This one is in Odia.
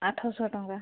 ଆଠଶହ ଟଙ୍କା